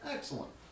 Excellent